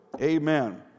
amen